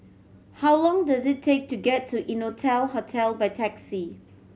how long does it take to get to Innotel Hotel by taxi